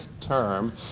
term